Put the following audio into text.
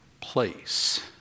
place